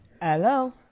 Hello